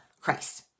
Christ